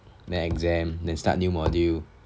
the exam then start new module